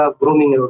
grooming